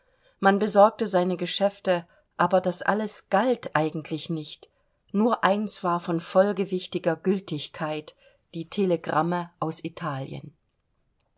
man besorgte seine geschäfte aber das alles galt eigentlich nicht nur eins war von vollgewichtiger gültigkeit die telegramme aus italien